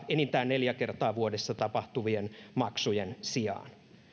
enintään neljä kertaa vuodessa tapahtuvien maksujen sijaan